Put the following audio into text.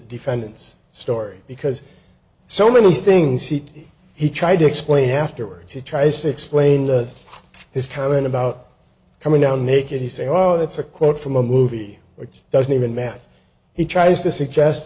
defendant's story because so many things heat he tried to explain afterwards he tries to explain the his comment about coming down naked he said oh it's a quote from a movie which doesn't even matter he tries to suggest